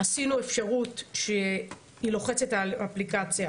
עשינו אפשרות שהאחות לוחצת על אפליקציה,